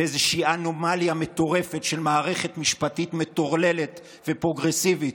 באיזושהי אנומליה מטורפת של מערכת משפטית מטורללת ופרוגרסיבית,